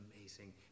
amazing